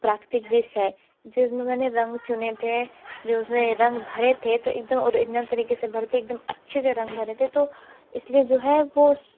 प्राकृतिक दृश्य है जिसमें मैंने रंग चुने थे जो उसने रंग भरे थे तो एक दम ओरिजिनल तरीक़े से भरे थे एक दम अच्छे से रंग भरे थे तो इस लिए जो है वो